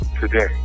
today